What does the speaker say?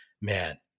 man